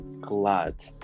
glad